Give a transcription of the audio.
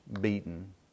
beaten